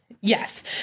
Yes